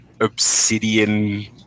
obsidian